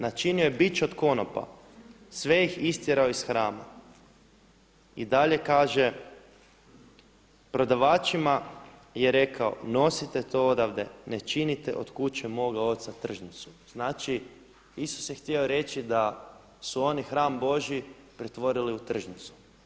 Načinio je bič od konopa, sve ih istjerao iz hrama.“ I dalje kaže: „Prodavačima je rekao nosite to odavde, ne činite od kuće moga oca tržnicu.“ Znači, Isus je htio reći da su oni hram božji pretvorili u tržnicu.